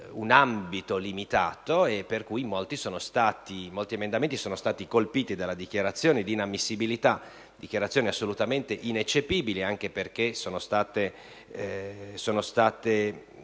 un ambito limitato, per cui molti emendamenti sono stati colpiti da dichiarazioni di inammissibilità, dichiarazioni assolutamente ineccepibili, anche perché sono state